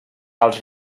als